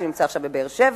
שנמצא עכשיו בבאר-שבע,